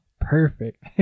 perfect